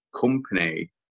company